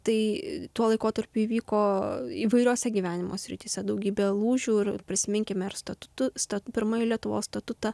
tai tuo laikotarpiu įvyko įvairiose gyvenimo srityse daugybė lūžių ir prisiminkime ar statutu sta pirmąjį lietuvos statutą